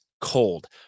cold